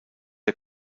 der